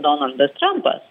donaldas trampas